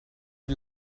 die